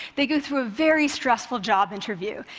they go through a very stressful job interview.